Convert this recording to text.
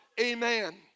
Amen